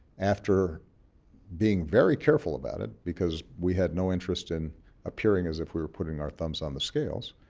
after being very careful about it because we had no interest in appearing as if we were putting our thumbs on the scales,